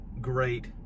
great